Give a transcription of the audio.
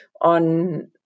on